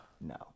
No